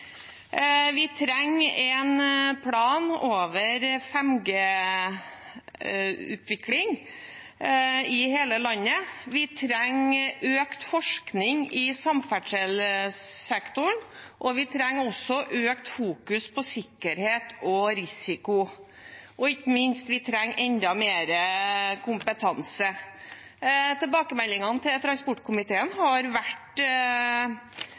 Vi trenger en plan over 5G-utvikling i hele landet. Vi trenger økt forskning i samferdselssektoren. Vi trenger økt fokus på sikkerhet og risiko, og ikke minst trenger vi enda mer kompetanse. Tilbakemeldingene til transportkomiteen fra ulike hold har vært